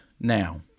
now